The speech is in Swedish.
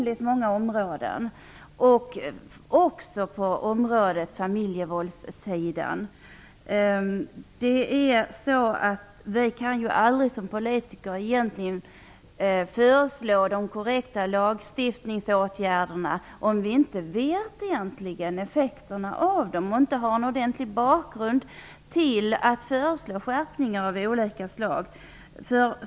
Det gäller även familjevåldet. Som politiker kan vi aldrig föreslå de korrekta lagstiftningsåtgärderna om vi inte känner till effekten av dem och inte har en korrekt bakgrund för att föreslå skärpningar.